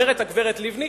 אתה חבר הכנסת,